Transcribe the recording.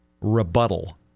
rebuttal